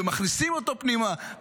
ומכניסים אותו פנימה,